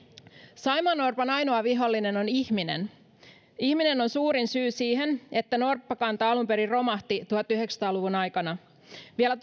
saimaannorpan ainoa vihollinen on ihminen ihminen on suurin syy siihen että norppakanta alun perin romahti tuhatyhdeksänsataa luvun aikana vielä